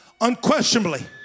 Unquestionably